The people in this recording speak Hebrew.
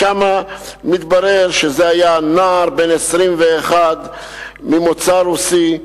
שם התברר שזה היה נער בן 21 ממוצא רוסי,